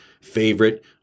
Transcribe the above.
favorite